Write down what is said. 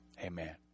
Amen